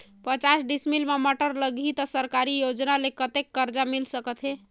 पचास डिसमिल मा टमाटर लगही त सरकारी योजना ले कतेक कर्जा मिल सकथे?